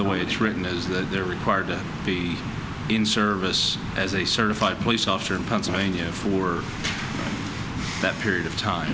the way it's written is that they're required to be in service as a certified police officer in pennsylvania for that period of time